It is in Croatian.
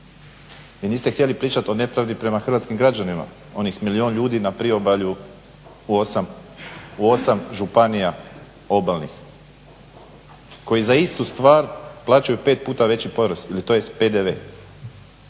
Vi niste htjeli pričati o nepravdi prema hrvatskim građanima, onih milijun ljudi na priobalju u 8 županija obalnih koji za istu stvar plaćaju 5 puta veći porez tj. PDV.